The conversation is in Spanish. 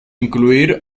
incluir